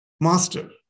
Master